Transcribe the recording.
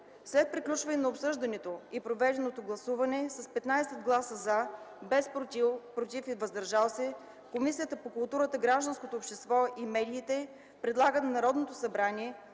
След приключване на обсъждането и проведено гласуване с 15 гласа „за”, без „против” и „въздържали се”, Комисията по културата, гражданското общество и медиите предлага на Народното събрание